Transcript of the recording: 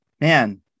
man